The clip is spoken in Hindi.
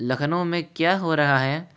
लखनऊ में क्या हो रहा है